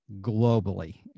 globally